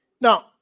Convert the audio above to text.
Now